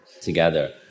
together